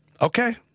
Okay